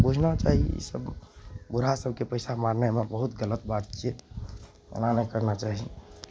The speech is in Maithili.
बुझना चाही ई सभ बुढ़ा सभके पैसा मारनाइमे बहुत गलत बात छियै ओना नहि करना चाही